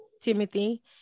timothy